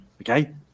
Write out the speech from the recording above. okay